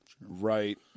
Right